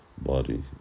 body